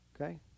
Okay